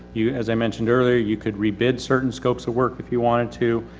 you, as i mentioned earlier, you could rebid certain scopes of work if you wanted to.